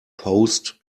post